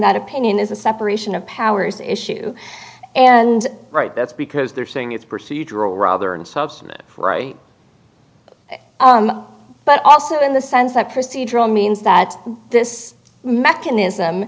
that opinion is a separation of powers issue and right that's because they're saying it's procedural rather and substantive right but also in the sense that procedural means that this mechanism